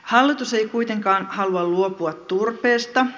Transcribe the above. hallitus ei kuitenkaan halua luopua turpeesta